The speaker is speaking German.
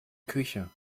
küche